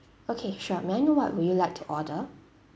okay sure may I know what would you like to order